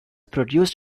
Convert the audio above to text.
produced